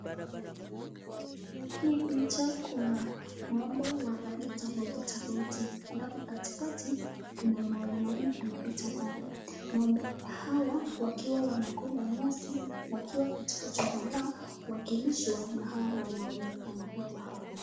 Hii picha kuna ngo'mbe wa rangi tofauti tofauti alafu katika Kuna wanaume anapita pale , ngo'mbe hawa wakiwa wanakula nyasi wakiwa katika chuma lao wakilishwa na hawa wanaume wanapita hapo.